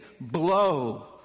blow